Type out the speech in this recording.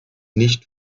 nicht